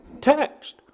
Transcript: text